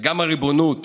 וגם הריבונות